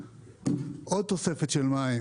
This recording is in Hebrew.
עוד תוספת של מים,